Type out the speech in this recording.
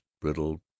brittle